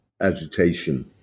agitation